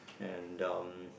and um